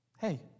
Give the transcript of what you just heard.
Hey